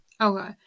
Okay